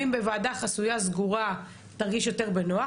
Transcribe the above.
ואם בוועדה חסויה סגורה תרגיש יותר בנוח,